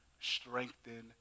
strengthen